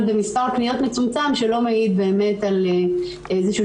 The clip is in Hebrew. במספר פניות מצומצם שלא מעיד באמת על איזשהו